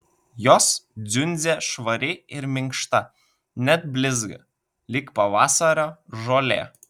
jos dziundzė švari ir minkšta net blizga lyg pavasario žolė